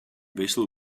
vessel